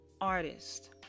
artist